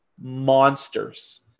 monsters